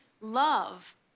love